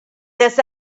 this